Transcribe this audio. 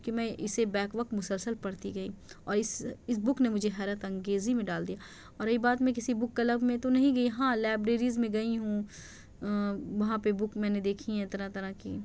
کیونکہ میں اِسے بیک وقت مسلسل پڑھتی گئی اور اِس اِس بک نے مجھے حیرت انگیزی میں ڈال دیا اور رہی بات میں کسی بک کلب میں تو نہیں گئی ہاں لائبریریز میں گئی ہوں وہاں پہ بک میں نے دیکھی ہیں طرح طرح کی